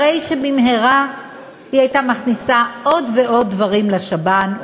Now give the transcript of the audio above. הרי שבמהרה היא הייתה מכניסה עוד ועוד דברים לשב"ן,